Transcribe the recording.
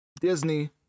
disney